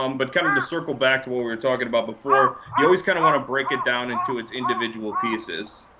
um but kind of to circle back to what we were talking about before, you always kind of want to break it down into its individual pieces.